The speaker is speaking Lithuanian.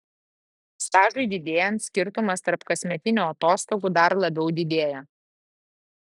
stažui didėjant skirtumas tarp kasmetinių atostogų dar labiau didėja